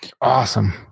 Awesome